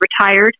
retired